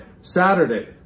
Saturday